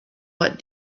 what